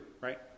right